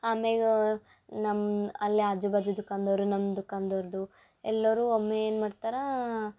ಆಮ್ಯಾಗಾ ನಮ್ಮ ಅಲ್ಲೆ ಆಜು ಬಾಜು ದುಖಾನ್ದವರು ನಮ್ದು ಕಂದೋರ್ದು ಎಲ್ಲರೂ ಒಮ್ಮೆ ಏನು ಮಾಡ್ತಾರೆ